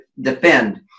defend